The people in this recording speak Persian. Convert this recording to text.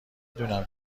دونم